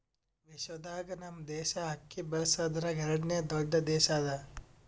ವಿಶ್ವದಾಗ್ ನಮ್ ದೇಶ ಅಕ್ಕಿ ಬೆಳಸದ್ರಾಗ್ ಎರಡನೇ ದೊಡ್ಡ ದೇಶ ಅದಾ